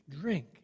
drink